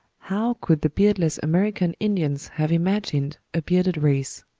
how could the beardless american indians have imagined a bearded race?